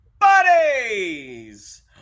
Buddies